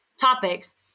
topics